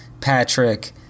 Patrick